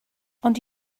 ond